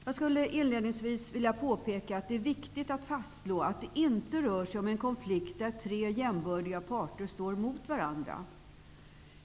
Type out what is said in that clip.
Jag vill inledningsvis påpeka att det är viktigt att fastslå att det inte rör sig om en konflikt där tre jämbördiga parter står mot varandra.